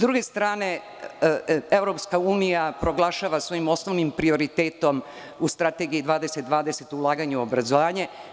druge strane, EU proglašava svojim osnovnim prioritetom u Strategiji 2020 ulaganje u obrazovanje.